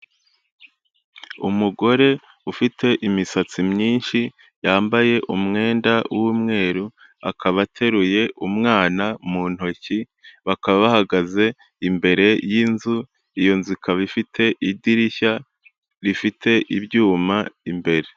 Umugore ufite imisatsi myinshi yambaye umwenda w'umweru akaba ateruye umwana mu ntoki, bakaba bahagaze imbere y'inzu, iyo nzu ikaba ifite idirishya rifite ibyuma imbere.